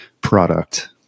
product